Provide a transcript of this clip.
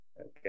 Okay